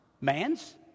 Man's